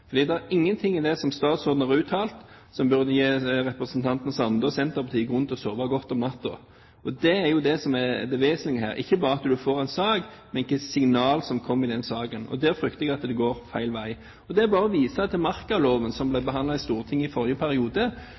er ingenting i det som statsråden har uttalt, som burde gi representanten Sande og Senterpartiet grunn til å sove godt om natten. Det er det som er det vesentlige her, ikke bare at man får en sak, men hvilke signaler som kommer i den saken. Der frykter jeg at det går feil vei. Det er bare å vise til markaloven, som ble behandlet i Stortinget i forrige periode.